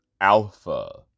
Alpha